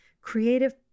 creative